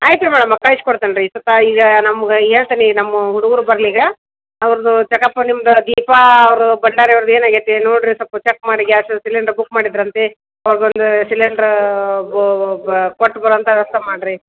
ಆಯಿತು ಮೇಡಮ್ ಕಳ್ಸಿ ಕೊಡ್ತೇನೆ ರೀ ಈಗ ಸ್ವಪ್ಪ ಈಗ ನಮ್ಗೆ ಹೇಳ್ತೇನಿ ನಮ್ಮ ಹುಡುಗ್ರು ಬರಲಿ ಈಗ ಅವ್ರುದ್ದು ಚಕಪ್ ನಿಮ್ದು ದೀಪ ಅವರು ಭಂಡಾರಿ ಅವ್ರದ್ದು ಏನಾಗೆತಿ ನೋಡ್ರಿ ಸ್ವಲ್ಪ ಚೆಕ್ ಮಾಡಿ ಗ್ಯಾಸ್ ಸಿಲೆಂಡ್ರ್ ಬುಕ್ ಮಾಡಿದ್ರಂತೆ ಅವಾಗ ಒಂದು ಸಿಲೆಂಡ್ರ್ ಕೊಟ್ಟು ಬರುವಂಥ ವ್ಯವಸ್ಥೆ ಮಾಡ್ರಿ